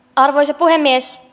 arvoisa puhemies